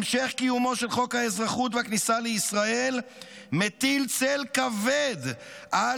המשך קיומו של חוק האזרחות והכניסה לישראל מטיל צל כבד על